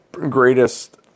Greatest